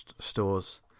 stores